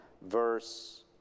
verse